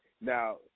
Now